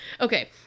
okay